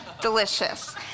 delicious